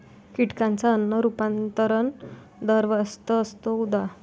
कीटकांचा अन्न रूपांतरण दर जास्त असतो, उदा